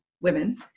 women